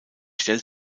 stellt